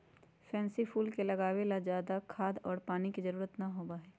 pansy फूल के उगावे ला ज्यादा खाद और पानी के जरूरत ना होबा हई